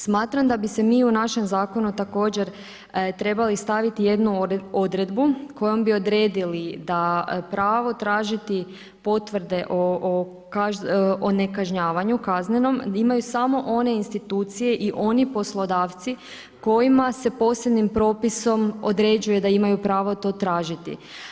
Smatram da bi se mi u našem zakonu također trebali staviti jednu odredbu kojom bi odredili da pravo tražiti potvrde o nekažnjavanju kaznenom imaju samo one institucije i oni poslodavci kojima se posebnim propisom određuje da imaju pravo to tražiti.